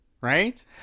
right